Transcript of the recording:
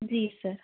जी sir